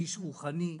איש רוחני,